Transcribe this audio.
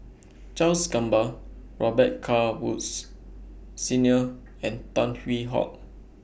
Charles Gamba Robet Carr Woods Senior and Tan Hwee Hock